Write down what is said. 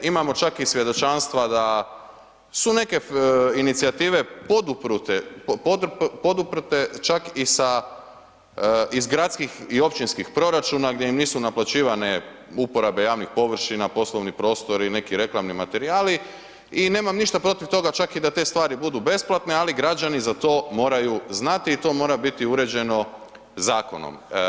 Imamo čak i svjedočanstva da su neke inicijative poduprte čak i sa iz gradskih i općinskih proračuna gdje im nisu naplaćivane uporabe javnih površina, poslovni prostori i neki reklamni materijali i nemam ništa protiv toga čak i da te stvari budu besplatne ali građani za to moraju znati i to mora biti uređeno zakonom.